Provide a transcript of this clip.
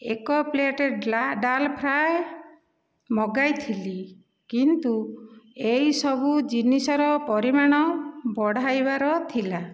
ଏକ plate dal fry ମଗାଇଥିଲି କିନ୍ତୁ ଏଇ ସବୁ ଜିନିଷର ପରିମାଣ ବଢ଼ାଇବାର ଥିଲା